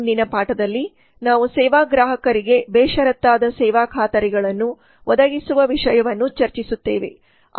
ಮುಂದಿನ ಪಾಠದಲ್ಲಿ ನಾವು ಸೇವಾ ಗ್ರಾಹಕರಿಗೆ ಬೇಷರತ್ತಾದ ಸೇವಾ ಖಾತರಿಗಳನ್ನು ಒದಗಿಸುವ ವಿಷಯವನ್ನು ಚರ್ಚಿಸುತ್ತೇವೆ